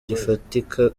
gifatika